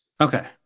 Okay